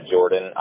Jordan